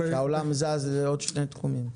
העולם זז לעוד שני תחומים.